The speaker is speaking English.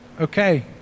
Okay